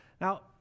Now